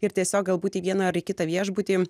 ir tiesiog galbūt į vieną ar į kitą viešbutį